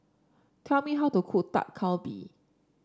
tell me how to cook Dak Galbi